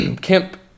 Kemp